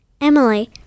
Emily